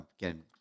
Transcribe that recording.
again